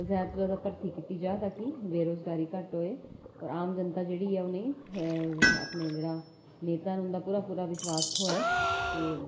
ज्यादा शा ज्यादा भर्थी कीती जा ताकि बेरोजगारी घट्ट होऐ और आम जनता जेह्ड़ी ऐ उ'नेंगी अपने जेह्ड़ा नेता न उं'दा पूरा पूरा विश्वास थ्होऐ ते